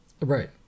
Right